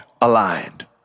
aligned